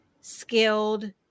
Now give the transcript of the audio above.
skilled